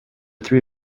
three